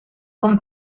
con